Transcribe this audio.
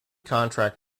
contract